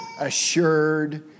assured